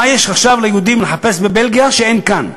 מה יש עכשיו ליהודים לחפש בבלגיה שאין כאן?